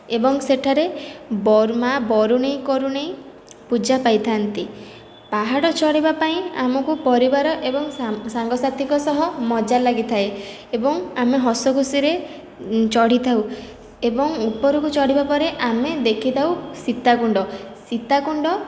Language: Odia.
ଏବଂ ସେଠାରେ ମା' ବରୁଣେଇ କରୁଣେଇ ପୂଜା ପାଇଥାନ୍ତି ପାହାଡ଼ ଚଢ଼ିବା ପାଇଁ ଆମକୁ ପରିବାର ଏବଂ ସାଙ୍ଗ ସାଥିଙ୍କ ସହ ମଜା ଲାଗିଥାଏ ଏବଂ ଆମେ ହସ ଖୁସିରେ ଚଢ଼ିଥାଉ ଏବଂ ଉପରକୁ ଚଢ଼ିବା ପରେ ଆମେ ଦେଖିଥାଉ ସୀତାକୁଣ୍ଡ ସୀତାକୁଣ୍ଡ